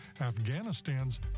Afghanistan's